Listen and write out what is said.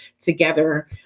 together